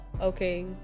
Okay